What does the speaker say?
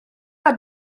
gawn